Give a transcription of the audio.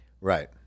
Right